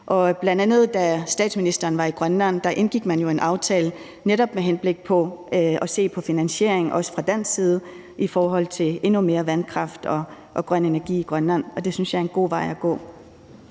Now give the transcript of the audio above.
Bl.a. da statsministeren var i Grønland, indgik man jo en aftale med henblik på netop at se på finansieringen, også fra dansk side, af endnu mere vandkraft og grøn energi i Grønland, og det synes jeg er en god vej at gå.